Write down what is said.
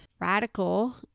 radical